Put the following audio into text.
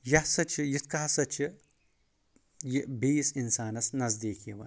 یتھ سۭتۍ چھ یِتھ کٔنۍ ہَسا چھ یہِ بیٚیِس اِنسانس نزدیٖک یِوان